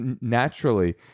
naturally